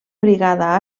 brigada